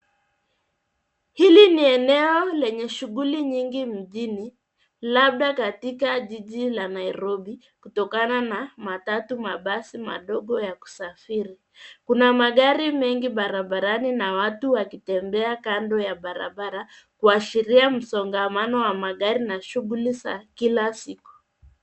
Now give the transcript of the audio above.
Hili ni eneo lenye shughuli nyingi mjini, labda katika jiji la Nairobi, kutokana na matatu, mabasi madogo ya kusafiri. Kuna magari mengi barabarani na watu wakitembea kando ya barabara, kuashiria msongamano wa magari na shughuli za kila siku.